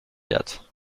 yet